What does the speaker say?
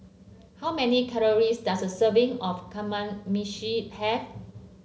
how many calories does a serving of Kamameshi have